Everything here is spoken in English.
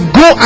go